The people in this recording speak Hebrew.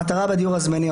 המטרה בדיור הזמני,